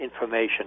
information